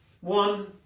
one